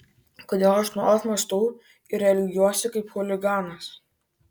kodėl aš nuolat mąstau ir elgiuosi kaip chuliganas